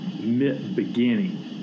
mid-beginning